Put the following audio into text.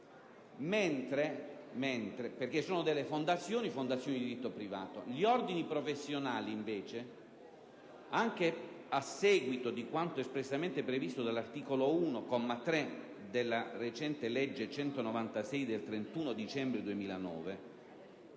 perché sono fondazioni di diritto privato.